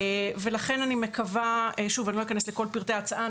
אני לא אכנס לכל פרטי ההצעה.